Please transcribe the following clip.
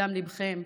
מדם ליבכם.